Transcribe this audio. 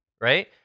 Right